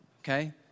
okay